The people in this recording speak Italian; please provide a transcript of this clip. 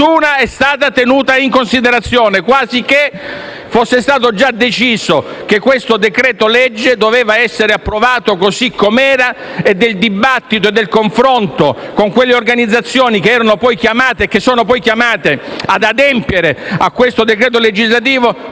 sia stata tenuta in considerazione, quasi che fosse stato già deciso che il decreto-legge doveva essere approvato così com'era e del dibattito e del confronto con quelle organizzazioni che saranno chiamate ad adempiere non importava